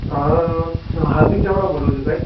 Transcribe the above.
હાર્દિક ચાવડા બોલું છું સાહેબ